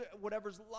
Whatever's